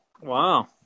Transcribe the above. Wow